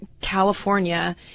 California